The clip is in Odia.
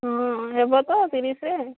ହଁ ହେବ ତ ତିରିଶରେ